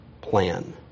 plan